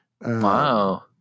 Wow